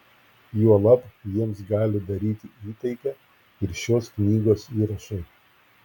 juolab jiems gali daryti įtaigą ir šios knygos įrašai